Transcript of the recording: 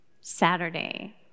Saturday